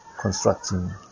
constructing